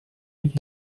eat